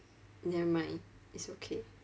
nevermind it's okay